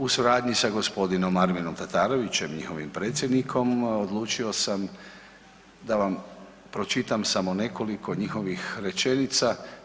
U suradnji sa gospodinom Arminom Tatarovićem, njihovim predsjednikom odlučio sam da vam pročitam samo nekoliko njihovih rečenica.